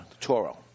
Toro